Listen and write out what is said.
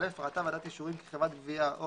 (א) ראתה ועדת אישורים כי חברת גבייה או